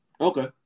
Okay